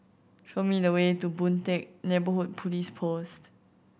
show me the way to Boon Teck Neighbourhood Police Post